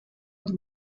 une